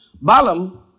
Balaam